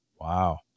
Wow